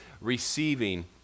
receiving